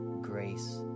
grace